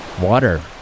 water